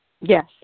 Yes